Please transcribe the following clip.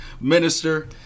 minister